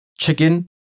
chicken